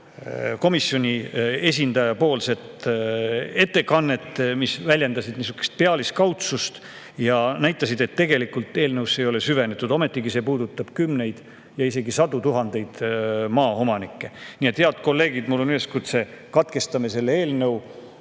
komisjoni esindaja ettekannet, mis väljendasid pealiskaudsust ja näitasid, et tegelikult eelnõusse ei ole süvenetud. Ometigi see puudutab kümneid ja isegi sadu tuhandeid maaomanikke. Nii et, head kolleegid, mul on üleskutse: katkestame selle eelnõu